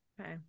Okay